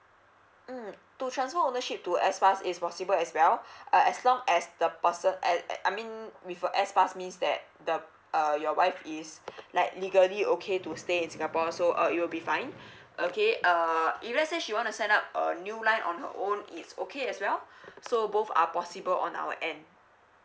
mm to transfer ownership to S pass is possible as well uh as long as the person as uh I mean with a S pass means that the uh your wife is like legally okay to stay in singapore so uh it will be fine okay uh if let say she want to sign up a new line on her own it's okay as well so both are possible on our end